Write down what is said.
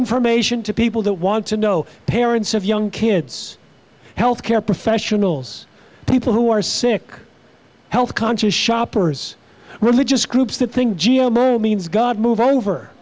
information to people that want to know parents of young kids health care professionals people who are sick health conscious shoppers religious groups that think means god move over